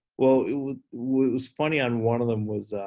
well it was funny, on one of them was,